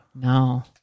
No